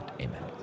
Amen